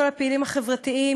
כל הפעילים החברתיים,